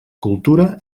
cultura